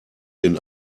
den